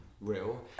real